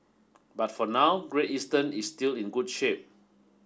but for now Great Eastern is still in good shape